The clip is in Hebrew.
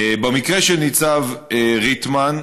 במקרה של ניצב ריטמן,